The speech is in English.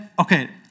okay